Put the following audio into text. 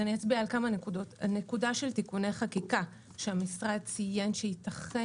אני אצביע על כמה נקודות: המשרד ציין שייתכן